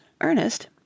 Ernest